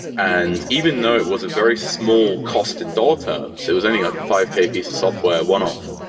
and even though it was a very small cost in dull terms, it was only like a five k piece of software one-off.